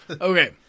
Okay